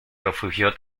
refugió